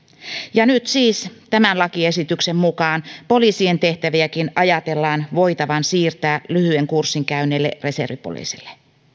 ja nyt siis tämän lakiesityksen mukaan poliisienkin tehtäviä ajatellaan voitavan siirtää lyhyen kurssin käyneille reservipoliiseille